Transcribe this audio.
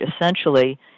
essentially